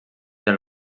del